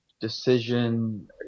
decision